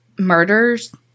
Murders